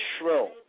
shrill